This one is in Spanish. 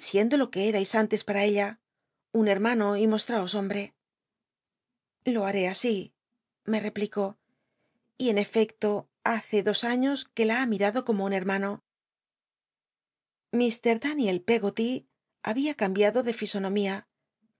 siendo lo que etais antes para ella un hermano y mostmos hombre lo haré asi me replicó y en efecto hace dos años que la ha mimdo como un hermano illr daniel pcggoty babia cambiado de fisonomía